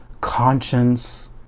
conscience